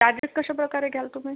charges कशाप्रकारे घ्याल तुम्ही